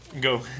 Go